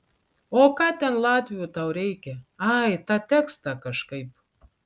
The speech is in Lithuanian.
o ką ten latvių tau reikia ai tą tekstą kažkaip